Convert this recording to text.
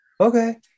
okay